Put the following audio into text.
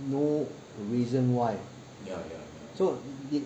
no reason why so it